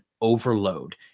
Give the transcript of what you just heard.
overload